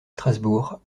strasbourg